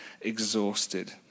exhausted